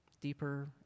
deeper